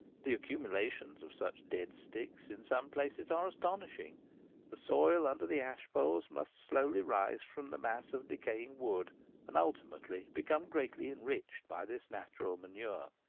the accumulations of such dead sticks in some places are astonishing the soil under the ash-poles must slowly rise from the mass of decaying wood and ultimately become greatly enriched by this natural manure.